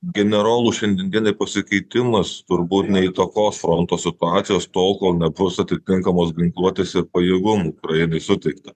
generolų šiandien dienai pasikeitimas turbūt neįtakos fronto situacijos tol kol nebus atitinkamos ginkluotės ir pajėgumųukrainai suteikta